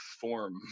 form